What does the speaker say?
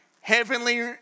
heavenly